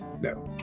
No